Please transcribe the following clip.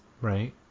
Right